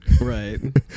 Right